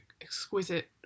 exquisite